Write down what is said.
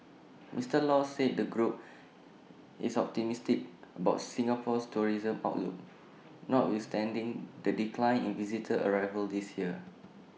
Mister law said the group is optimistic about Singapore's tourism outlook notwithstanding the decline in visitor arrivals this year